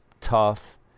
tough